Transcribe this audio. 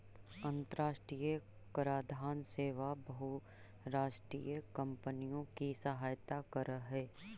अन्तराष्ट्रिय कराधान सेवा बहुराष्ट्रीय कॉम्पनियों की सहायता करअ हई